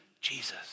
Jesus